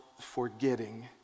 forgetting